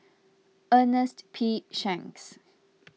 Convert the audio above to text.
Ernest P Shanks